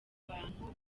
abantu